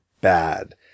bad